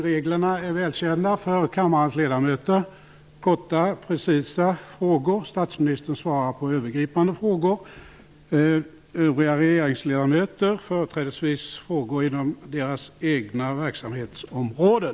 Reglerna är välkända för kammarens ledamöter: korta, precisa frågor. Statsministern svarar på övergripande frågor och övriga regeringsledamöter företrädesvis på frågor inom deras egna verksamhetsområden.